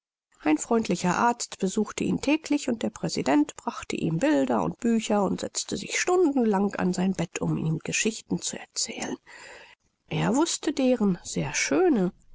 ein freundlicher arzt besuchte ihn täglich und der präsident brachte ihm bilder und bücher und setzte sich stundenlang an sein bett um ihm geschichten zu erzählen er wußte deren sehr schöne